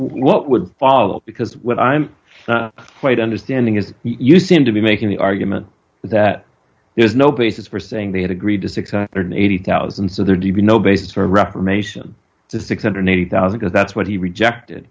what would follow because what i'm quite understanding is you seem to be making the argument that there's no basis for saying they had agreed to six hundred and eighty thousand so there'd be no basis for reparation to six hundred and eighty thousand because that's what he rejected